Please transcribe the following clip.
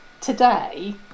today